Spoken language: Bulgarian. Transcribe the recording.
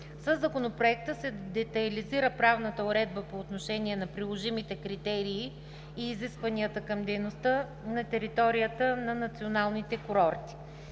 Със Законопроекта се детайлизира правната уредба по отношение на приложимите критерии и изискванията към дейността на територията на националните курорти.